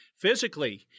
Physically